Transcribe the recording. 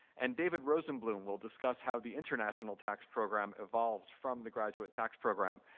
and david rosenbloom will discuss how the international tax program evolved from the graduate tax program.